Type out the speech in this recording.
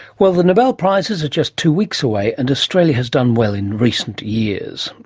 well, the nobel prizes are just two weeks away, and australia has done well in recent years.